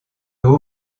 haut